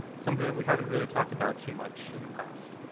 something that we haven't really talked about too much in past.